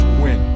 win